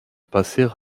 passer